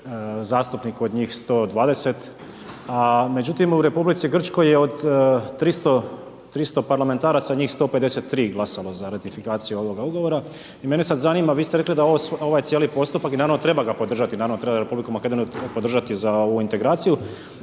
zastupnik od njih 120, a međutim, u Republici Grčkoj je od 300 parlamentaraca njih 153 glasalo za ratifikaciju ovoga ugovora. I mene sad zanima, vi ste rekli da ovaj cijeli postupak i naravno treba ga podržati, naravno treba R. Makedoniju podržati za ovu integraciju,